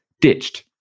ditched